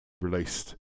released